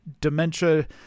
dementia